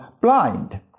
blind